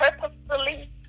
purposefully